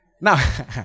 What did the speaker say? Now